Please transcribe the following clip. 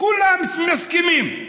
כולם מסכימים: